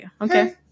okay